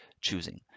choosing